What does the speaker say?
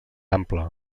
ampla